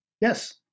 Yes